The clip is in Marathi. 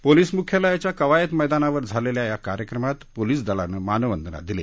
पोलीस मुख्यालयाच्या कवायत मैदानावर झालेल्या या कार्यक्रमात पोलीस दलान मानवंदना दिली